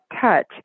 Touch